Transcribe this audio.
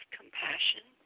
compassion